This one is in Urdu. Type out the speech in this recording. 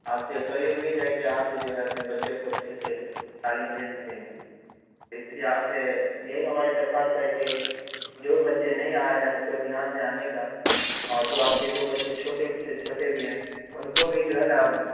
آپ سے قوی امید ہے کہ آپ جو ہے اپنے بچوں کو صحیح سے تعلیم دے سکیں گے اس لیے آپ سے یہی ہماری درخواست ہے کہ جو بھی بچے نہیں آ رہے ہیں اس کو دھیان دیں آنے کا اور جو آپ کے دو بچے چھوٹے چھوٹے بھی ہیں ان کو بھی جو ہے نا